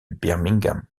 birmingham